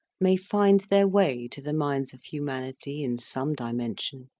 may find their way to the minds of humanity in some dimension,